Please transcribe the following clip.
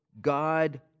God